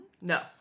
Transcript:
No